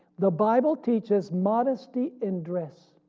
the bible teaches modesty in dress.